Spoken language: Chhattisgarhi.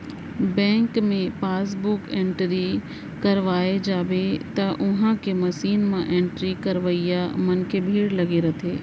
बेंक मे पासबुक एंटरी करवाए जाबे त उहॉं के मसीन म एंट्री करवइया मन के भीड़ रथे